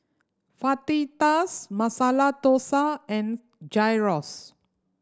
Fajitas Masala Dosa and Gyros